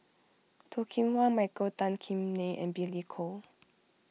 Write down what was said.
Toh Kim Hwa Michael Tan Kim Nei and Billy Koh